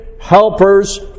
helpers